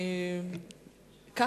אם גברתי מבקשת, אעשה כך.